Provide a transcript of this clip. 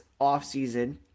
offseason